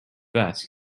vest